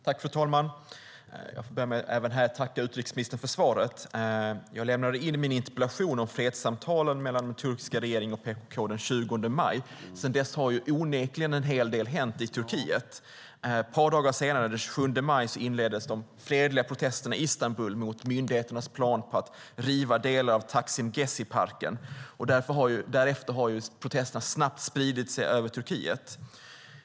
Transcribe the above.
Fru talman! Jag börjar även nu med att tacka utrikesministern för svaret. Jag lämnade in min interpellation om fredssamtalen mellan den turkiska regeringen och PKK den 20 maj. Sedan dess har onekligen en hel del hänt i Turkiet. Ett par dagar senare, den 27 maj, inleddes de fredliga protesterna i Istanbul mot myndigheternas plan på att riva delar av Taksim Gezi-parken. Därefter har protesterna snabbt spridit sig över Turkiet.